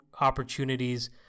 opportunities